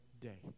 day